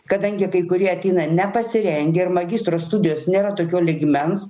kadangi kai kurie ateina nepasirengę ir magistro studijos nėra tokio lygmens